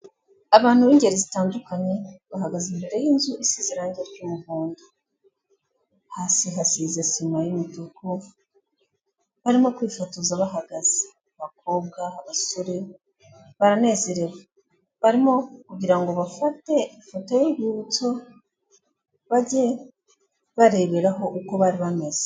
Abantu b'ingeri zitandukanye bahagaze imbere y'inzu isize irange ry'umuhondo, hasi hasize sima y'umutuku, barimo kwifotoza bahagaze, abakobwa, abasore, baranezerewe barimo kugira ngo bafate ifoto y'urwibutso bajye bareberaho uko bari bameze.